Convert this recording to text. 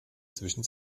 zwischen